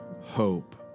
hope